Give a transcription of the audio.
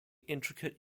intricate